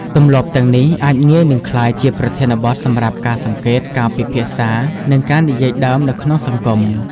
ទម្លាប់ទាំងនេះអាចងាយនឹងក្លាយជាប្រធានបទសម្រាប់ការសង្កេត ការពិភាក្សា និងការនិយាយដើមនៅក្នុងសង្គម។